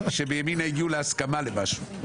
שבימינה הגיעו להסכמה על משהו.